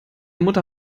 mutter